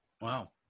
Wow